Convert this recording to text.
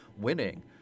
winning